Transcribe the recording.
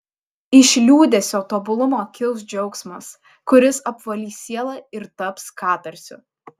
iš liūdesio tobulumo kils džiaugsmas kuris apvalys sielą ir taps katarsiu